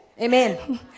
Amen